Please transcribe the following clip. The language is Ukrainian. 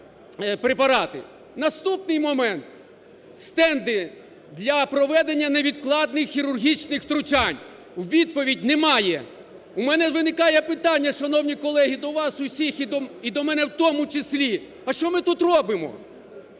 Наступний момент, стенти для проведення невідкладних хірургічних втручань. Відповідь: немає. У мене виникає питання, шановні колеги, до вас усіх і до мене в тому числі: а що ми тут робимо?